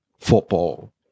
football